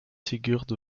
sigurd